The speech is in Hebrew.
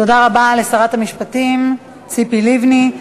תודה רבה לשרת המשפטים ציפי לבני.